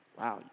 wow